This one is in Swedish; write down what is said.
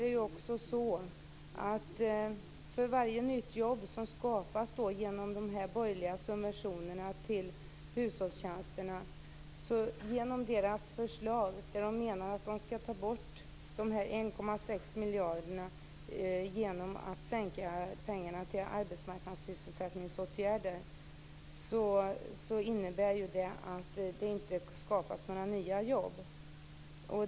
Genom de borgerliga subventionerna till hushållstjänster skall det skapas nya jobb. Men de 1,6 miljarderna skall tas från pengarna till arbetsmarknadsåtgärder, och det innebär att det inte skapas några nya jobb.